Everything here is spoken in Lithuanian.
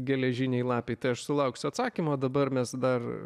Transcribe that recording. geležinei lapei tai aš sulauksiu atsakymo dabar mes dar